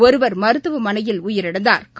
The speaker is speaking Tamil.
ஒருவா் மருத்துவமனையில் உயிரிழந்தாா்